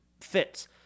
fits